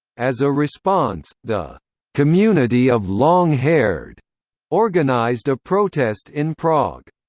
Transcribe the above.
as a response, the community of long-haired organized a protest in prague.